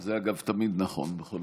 זה, אגב, תמיד נכון, בכל ממשלה.